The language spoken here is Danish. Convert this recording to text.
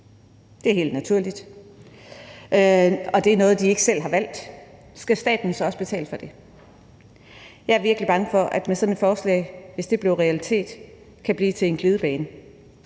Det er helt naturligt, og det er noget, de ikke selv har valgt. Skal staten så også betale for det? Jeg er virkelig bange for, at det, hvis sådan et forslag blev en realitet, kan blive en glidebane